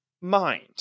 mind